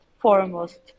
foremost